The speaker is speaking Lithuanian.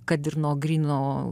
kad ir nuo gryno